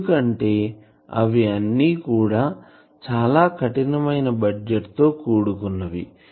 ఎందుకంటే అవి అన్నీ కూడా చాలా కఠినమైన బడ్జెట్ తో కూడుకున్నవి